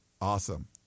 Awesome